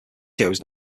shows